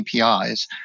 APIs